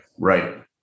Right